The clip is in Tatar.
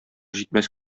җитмәс